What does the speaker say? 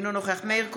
אינו נוכח מאיר כהן,